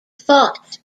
fought